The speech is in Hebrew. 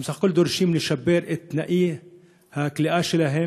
הם בסך הכול דורשים לשפר את תנאי הכליאה שלהם,